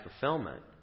fulfillment